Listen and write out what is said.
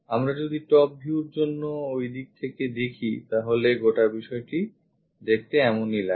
আমরা যদি top view র জন্য ওইদিক থেকে দেখি তাহলে গোটা বিষয়টিই দেখতে এমনই লাগে